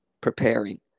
preparing